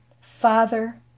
Father